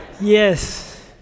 yes